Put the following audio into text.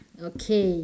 okay